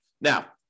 Now